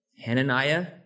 Hananiah